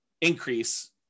increase